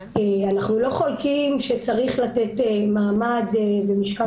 אנחנו לא חולקים שצריך לתת מעמד ומשקל